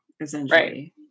essentially